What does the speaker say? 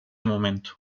momento